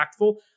impactful